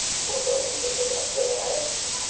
आं खोनायाहाय